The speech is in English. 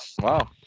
Wow